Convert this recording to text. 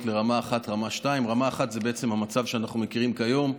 לרמה 1 ולרמה 2: רמה 1 זה בעצם המצב שאנחנו מכירים כיום,